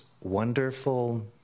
wonderful